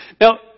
Now